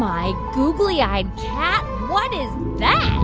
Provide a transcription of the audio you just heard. my googly-eyed cat. what is that?